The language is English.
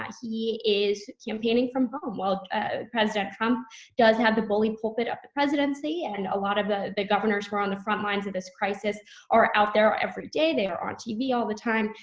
he is campaigning from home while president trump does have the bully pulpit of the presidency, and a lot of the the governors were on the front lines of this crisis are out there every day. they're on tv all the time,